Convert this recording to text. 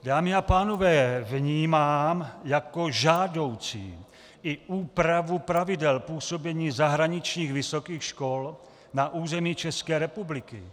Dámy a pánové, vnímám jako žádoucí i úpravu pravidel působení zahraničních vysokých škol na území České republiky.